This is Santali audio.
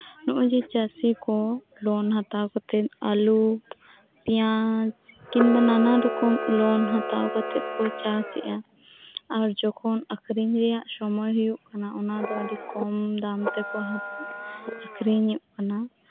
ᱱᱚᱜᱼᱚᱭ ᱡᱮ ᱪᱟᱹᱥᱤ ᱠᱚ ᱞᱳᱱ ᱦᱟᱛᱟᱣ ᱠᱟᱛᱮ ᱟᱞᱩ ᱯᱮᱸᱭᱟᱡ ᱠᱤᱢᱵᱟ ᱱᱟᱱᱟ ᱨᱚᱠᱚᱢ ᱞᱳᱱ ᱦᱟᱛᱟᱣ ᱠᱟᱛᱮ ᱠᱚ ᱪᱟᱥ ᱮᱜᱼᱟ ᱟᱨ ᱡᱚᱠᱷᱚᱱ ᱟᱠᱷᱨᱤᱧ ᱨᱮᱭᱟᱜ ᱥᱚᱢᱚᱭ ᱦᱩᱭᱩᱜ ᱠᱟᱱᱟ ᱚᱱᱟ ᱫᱚ ᱟᱹᱰᱤ ᱠᱚᱢ ᱫᱟᱢ ᱛᱮᱠᱚ ᱟᱠᱷᱨᱤᱧᱚᱜ ᱠᱟᱱᱟ